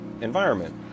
environment